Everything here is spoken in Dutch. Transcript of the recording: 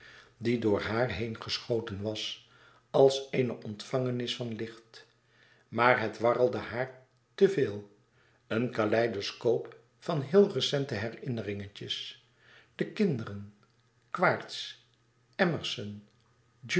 die door haar heen geschoten was als eene ontvangenis van licht maar het warrelde haar te veel een caleidoscoop van héel recente herinneringetjes de kinderen quaerts